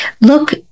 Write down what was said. Look